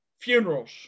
funerals